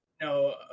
no